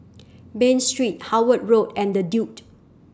Bain Street Howard Road and The Duke